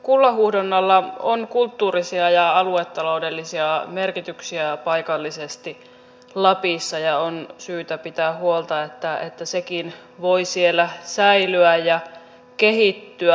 kullanhuuhdonnalla on kulttuurisia ja aluetaloudellisia merkityksiä paikallisesti lapissa ja on syytä pitää huolta että sekin voi siellä säilyä ja kehittyä